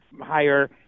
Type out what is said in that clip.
higher